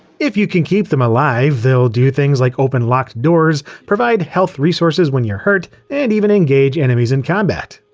if you can keep them alive, they'll do things like open locked doors, provide health resources when you're hurt, and even engage enemies in combat.